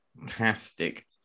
Fantastic